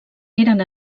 eren